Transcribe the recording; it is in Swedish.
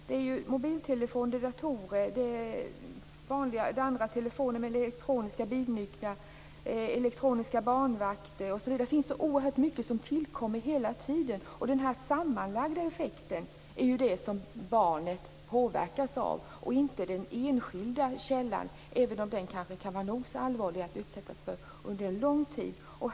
Det är mobiltelefoner, datorer, vanliga telefoner, elektroniska bilnycklar, elektroniska barnvakter osv. Det finns så oerhört mycket som tillkommer hela tiden. Och det är ju den här sammanlagda effekten som barnet påverkas av, inte den enskilda källan, även om den kanske kan vara nog så allvarlig att utsättas för under lång tid.